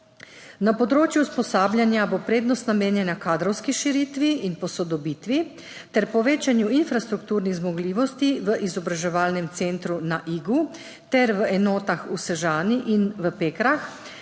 Na področju usposabljanja bo prednost namenjena kadrovski širitvi in posodobitvi ter povečanju infrastrukturnih zmogljivosti v izobraževalnem centru na Igu ter v enotah v Sežani in v Pekrah